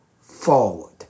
forward